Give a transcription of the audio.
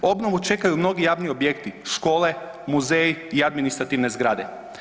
Obnovu čekaju mnogi javni objekti, škole, muzeji i administrativne zgrade.